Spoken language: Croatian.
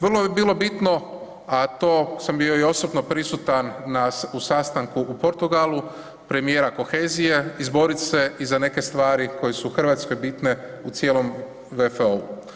Vrlo bi bilo bitno, a to sam bio i osobno prisutan na, u sastanku u Portugalu premijera kohezija izborit se i za neke stvari koje su Hrvatskoj bitne u cijelom VFO-u.